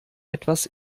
etwas